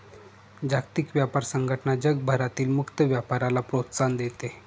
जागतिक व्यापार संघटना जगभरातील मुक्त व्यापाराला प्रोत्साहन देते